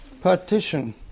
partition